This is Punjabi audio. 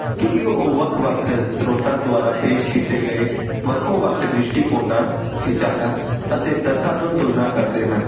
ਕਿਉਂਕਿ ਉਹ ਵੱਖ ਵੱਖ ਸਰੋਤਾਂ ਦੁਆਰਾ ਪੇਸ਼ ਕੀਤੇ ਗਏ ਵੱਖੋ ਵੱਖ ਦ੍ਰਿਸ਼ਟੀਕੋਣਾਂ ਵਿਚਾਰਾਂ ਅਤੇ ਤੱਥਾਂ ਨੂੰ ਤੁਲਨਾ ਕਰਦੇ ਹਨ